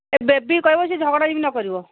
ଏ baby କି କହିବ ସେ ଝଗଡ଼ା ଯେମିତି ନ କରିବ